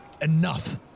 Enough